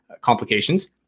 complications